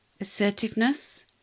Assertiveness